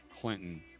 Clinton